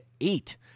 eight